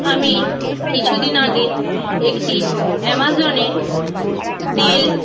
আমি কিছু দিন আগে একটি অ্যামাজনে তেল